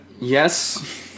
yes